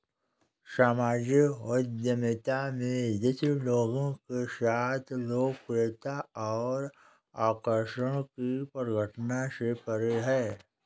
सामाजिक उद्यमिता में रुचि लोगों के साथ लोकप्रियता और आकर्षण की परिघटना से परे है